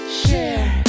share